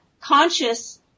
conscious